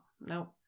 no